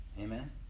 Amen